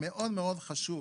מאוד מאוד חשוב.